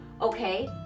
okay